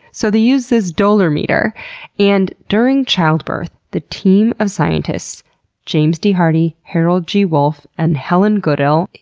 so they used this dolorimeter and during childbirth the team of scientists james d. hardy, harold g. wolff and helen goodell.